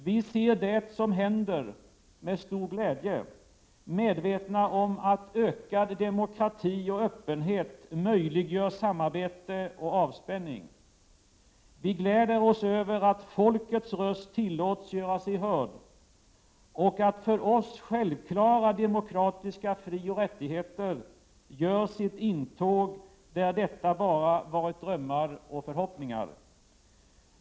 Vi ser det som händer med stor glädje — medvetna om att ökad demokrati och öppenhet möjliggör samarbete och avspänning. Vi gläder oss över att folkets röst tillåts göra sig hörd och att för oss självklara demokratiska frioch rättigheter gör sitt intåg där detta bara varit drömmar och förhoppningar.